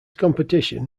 competition